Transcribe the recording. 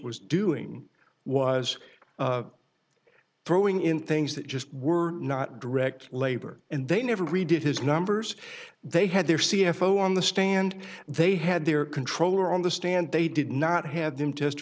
was doing was throwing in things that just were not direct labor and they never redid his numbers they had their c f o on the stand they had their controller on the stand they did not have them